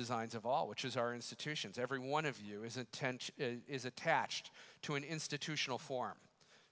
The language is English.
designs of all which is our institutions every one of you is attention is attached to an institutional form